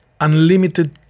unlimited